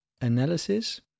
Analysis